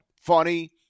funny